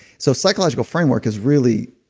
so psychological framework is really,